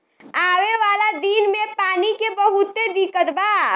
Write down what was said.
आवे वाला दिन मे पानी के बहुते दिक्कत बा